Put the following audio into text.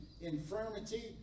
infirmity